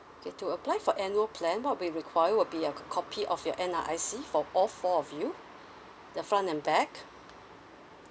okay to apply for annual plan what we require will be a copy of your N_R_I_C for all four of you the front and back